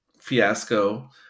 fiasco